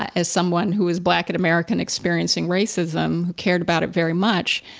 as someone who was black and american experiencing racism, cared about it very much,